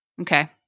Okay